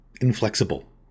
inflexible